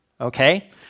okay